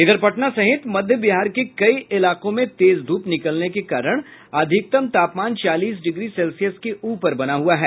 इधर पटना सहित मध्य बिहार के कई इलाकों में तेज धूप निकलने के कारण अधिकतम तापमान चालीस डिग्री सेल्सियस के ऊपर बना हुआ है